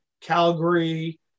Calgary